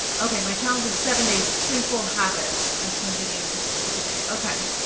okay, my challenge is seven day simple habits, i send video tips once a day, okay.